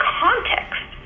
context